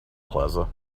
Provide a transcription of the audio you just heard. plaza